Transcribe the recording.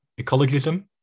ecologism